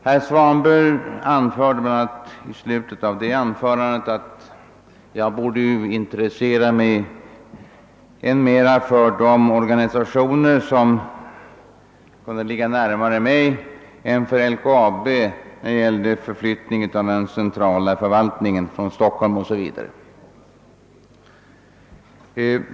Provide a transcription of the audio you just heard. Herr Svanberg sade i slutet av sitt anförande att jag borde intressera mig mer för förflyttningen av den centrala förvaltningen från Stockholm i fråga om de organisationer som låg närmare mig än i fråga om LKAB.